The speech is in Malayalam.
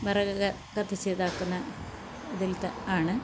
വിറക് ക കത്തിച്ച് ഇതാക്കുന്ന ഇതിൽ തന്നെ ആണ്